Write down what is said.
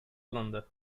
alındı